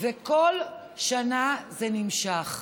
וכל שנה זה נמשך.